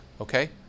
okay